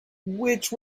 which